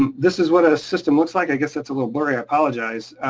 um this is what a system looks like. i guess that's a little blurry, i apologize.